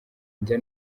njya